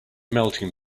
melting